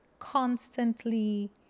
constantly